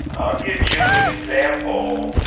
i'll give you an example.